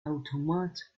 automat